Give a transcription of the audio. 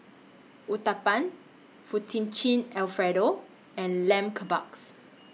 Uthapam Fettuccine Alfredo and Lamb Kebabs